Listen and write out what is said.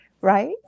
right